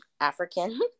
African